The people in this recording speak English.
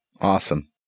Awesome